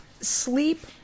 sleep